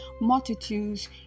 multitudes